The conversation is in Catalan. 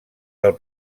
del